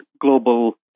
global